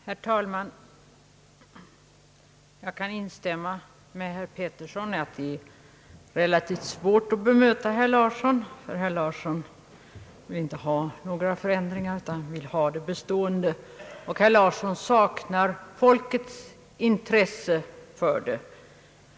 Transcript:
Herr talman! Jag kan hålla med herr Georg Pettersson om att det är relativt svårt att bemöta herr Larsson. Herr Larsson vill tydligen inte ha några som helst förändringar, utan vill behålla det bestående systemet. intresse för denna fråga.